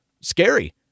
scary